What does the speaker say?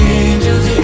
angels